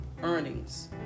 earnings